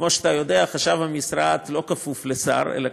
כמו שאתה יודע, חשב המשרד לא כפוף לשר אלא